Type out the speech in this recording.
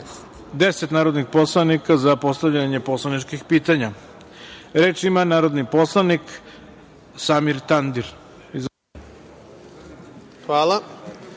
je 10 narodnih poslanika za postavljanje poslaničkih pitanja. Reč ima narodni poslanik Samir Tandir. Izvolite.